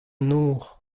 nor